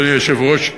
אדוני היושב-ראש: